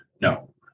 no